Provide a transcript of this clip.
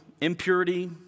Impurity